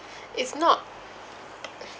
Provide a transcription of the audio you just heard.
it's not